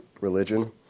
religion